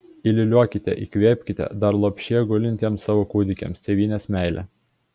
įliūliuokite įkvėpkite dar lopšyje gulintiems savo kūdikiams tėvynės meilę